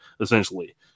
essentially